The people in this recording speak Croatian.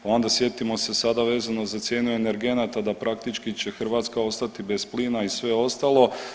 Pa onda sjetimo se sada vezano za cijene energenata da praktički će Hrvatska ostati bez plina i sve ostalo.